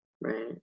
Right